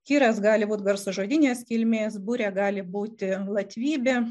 tyras gali būti garsažodinės kilmės burė gali būti latvybė